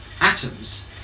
atoms